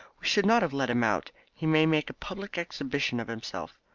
we should not have let him out he may make a public exhibition of himself.